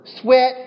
sweat